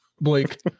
Blake